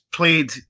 played